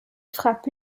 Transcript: frappe